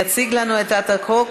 יציג את הצעת החוק,